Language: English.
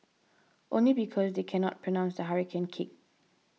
only because they cannot pronounce the hurricane kick